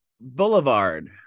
Boulevard